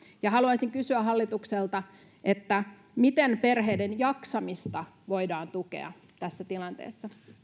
haluaisin kysyä hallitukselta miten perheiden jaksamista voidaan tukea tässä tilanteessa